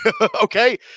okay